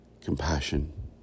compassion